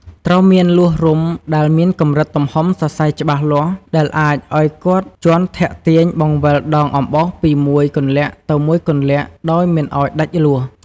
ត្រូវមានលួសរុំដែលមានកំរិតទំហំសសៃច្បាស់លាស់ដែរអាចអោយគាត់ជាន់ធាក់ទាញបង្វិលដងអំបោសពីមួយគន្លាក់ទៅមួយគន្លាក់ដោយមិនឲ្យដាច់លួស។